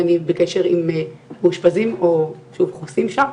ואני בקשר עם מאושפזים או חוסים שם,